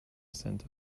center